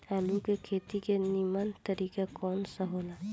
आलू के खेती के नीमन तरीका कवन सा हो ला?